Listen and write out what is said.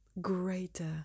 greater